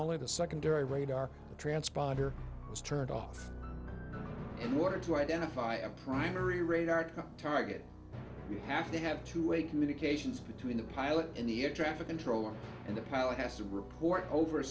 only the secondary radar the transponder was turned off in order to identify a primary radar target you have to have two way communications between the pilot in the air traffic controller and the pilot has to report over